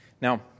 Now